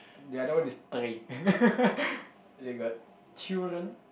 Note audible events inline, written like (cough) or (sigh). the other one is (laughs) they got children